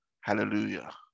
Hallelujah